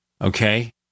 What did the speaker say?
Okay